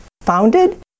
founded